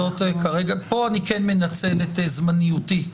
פה אני כן מנצל את זמניותי.